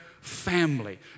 family